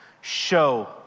show